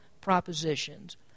propositions